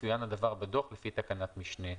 יצוין הדבר בדוח לפי תקנת משנה זו.